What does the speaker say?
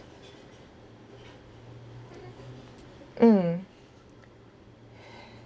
mm